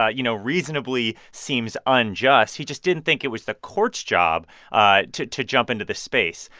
ah you know, reasonably seems unjust. he just didn't think it was the court's job ah to to jump into this space.